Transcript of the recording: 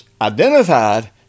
identified